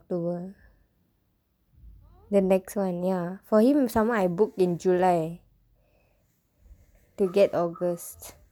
october the next one ya for him some more I book in july to get august